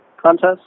contest